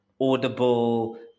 audible